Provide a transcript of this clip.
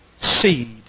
seed